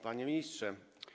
Panie Ministrze!